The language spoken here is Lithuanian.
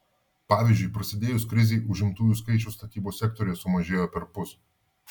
pavyzdžiui prasidėjus krizei užimtųjų skaičius statybos sektoriuje sumažėjo perpus